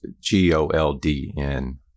g-o-l-d-n